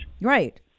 Right